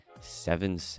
seven